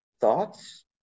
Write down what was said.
Thoughts